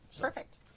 Perfect